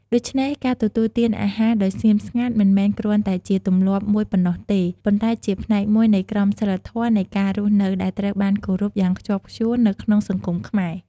ដូច្នេះ ការទទួលទានអាហារដោយស្ងៀមស្ងាត់ មិនមែនគ្រាន់តែជាទម្លាប់មួយប៉ុណ្ណោះទេ ប៉ុន្តែជាផ្នែកមួយនៃក្រមសីលធម៌នៃការរស់នៅ ដែលត្រូវបានគោរពយ៉ាងខ្ជាប់ខ្ជួននៅក្នុងសង្គមខ្មែរ។